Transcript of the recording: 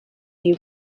you